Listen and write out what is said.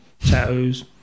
tattoos